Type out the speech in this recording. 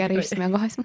gerai išsimiegosim